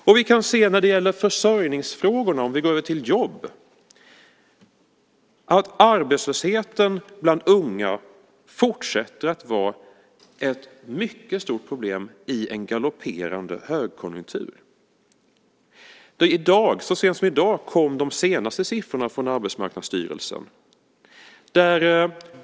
Om vi sedan går över till försörjningsfrågorna kan vi, när det gäller jobb, se att arbetslösheten bland unga fortsätter att vara ett stort problem - i en galopperande högkonjunktur. Så sent som i dag kom de senaste siffrorna från Arbetsmarknadsstyrelsen.